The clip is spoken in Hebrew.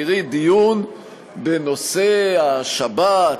תראי, דיון בנושא השבת,